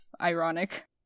ironic